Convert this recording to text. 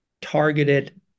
targeted